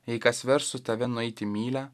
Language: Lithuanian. jei kas verstų tave nueiti mylią